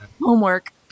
homework